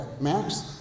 Max